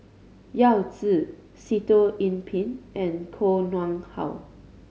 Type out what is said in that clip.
Yao Zi Sitoh Yih Pin and Koh Nguang How